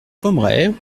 pommerais